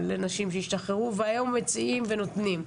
לנשים שהשתחררו והיום מציעים ונותנים.